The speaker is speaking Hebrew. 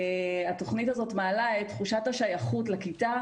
התוכנית הזאת מעלה את תחושת השייכות לכיתה,